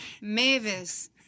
Mavis